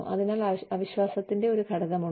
അതിനാൽ അവിശ്വാസത്തിന്റെ ഒരു ഘടകമുണ്ട്